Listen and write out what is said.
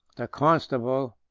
the constable,